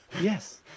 Yes